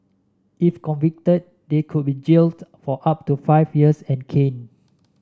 if convicted they could be jailed for up to five years and caned